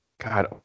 God